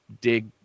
dig